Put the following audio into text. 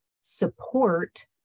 support